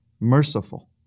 merciful